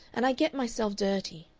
and i get myself dirty.